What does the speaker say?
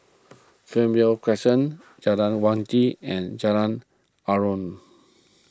Fernvale Crescent Jalan Wangi and Jalan Aruan